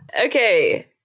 Okay